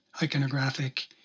iconographic